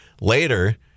Later